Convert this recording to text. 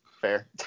Fair